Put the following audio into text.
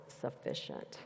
sufficient